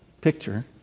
picture